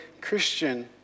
Christian